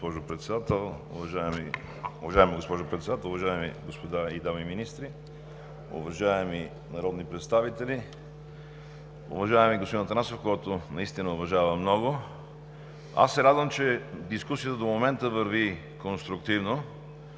Уважаема госпожо Председател, уважаеми господа и дами министри, уважаеми народни представители! Уважаеми господин Атанасов, когото наистина уважавам много, аз се радвам, че дискусията до момента върви конструктивно,